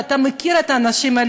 אתה מכיר את האנשים האלה,